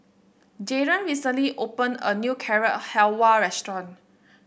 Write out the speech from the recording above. Jaron recently opened a new Carrot Halwa Restaurant